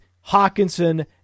Hawkinson